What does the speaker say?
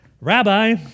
Rabbi